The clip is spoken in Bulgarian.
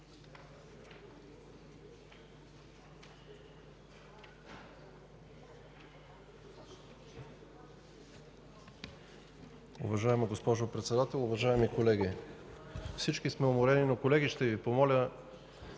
Уважаема госпожо Председател, уважаеми колеги! Всички сме уморени, но ще Ви помоля